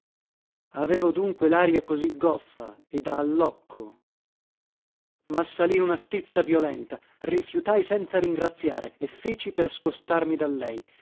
avevo dunque laria così goffa e da allocco massalì una stizza violenta rifiutai senza ringraziare e feci per scostarmi da lei